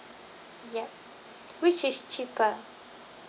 yup which is cheaper